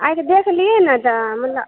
आइके देख लिए ने तऽ मतलब